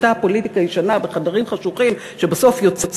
אותה פוליטיקה ישנה בחדרים חשוכים שבסוף יוצאת